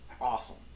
awesome